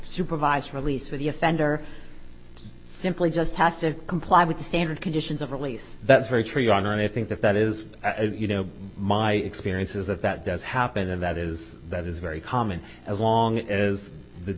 supervised release for the offender simply just has to comply with the standard conditions of release that's very true your honor and i think that that is you know my experience is that that does happen and that is that is very common as long as the